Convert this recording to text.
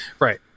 Right